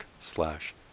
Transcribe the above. slash